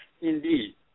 indeed